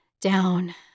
down